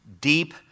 deep